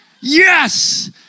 Yes